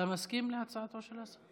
אתה מסכים להצעתו של השר?